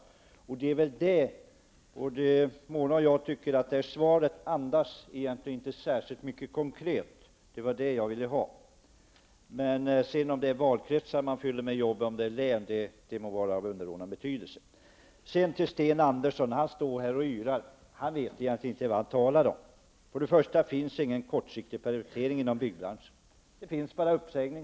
Mona Sahlin och jag tycker att svaret inte andas särskilt mycket konkret, och det var det jag ville ha. Om det är valkretsar man fyller med jobb eller om det är län, må vara av underordnad betydelse. Sten Andersson i Malmö står här och yrar. Han vet inte vad han talar om. För det första finns det ingen kortsiktig permittering inom byggbranschen -- det finns bara uppsägning.